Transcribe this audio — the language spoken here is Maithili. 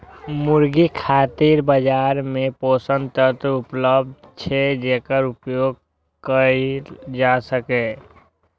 मुर्गी खातिर बाजार मे पोषक तत्व उपलब्ध छै, जेकर उपयोग कैल जा सकैए